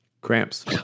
cramps